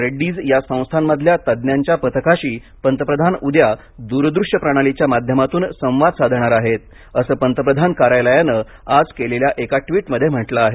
रेड्डीज या संस्थांमधल्या तज्ञांच्या पथकाशी पंतप्रधान उद्या दूरदृष्यप्रणालीच्या माध्यमातून संवाद साधणार प आहेत असं पंतप्रधान कार्यालयानं आज केलेल्या एका ट्वीटमध्ये म्हटलं आहे